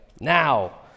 Now